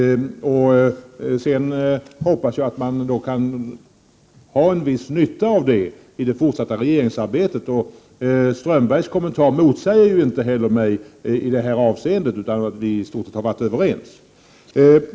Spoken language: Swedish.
Sedan hoppas jag att man kan ha en viss nytta av det i det fortsatta regeringsarbetet. Håkan Strömbergs kommentar motsäger mig inte heller i det här avseendet, utan vi har i stort sett varit överens.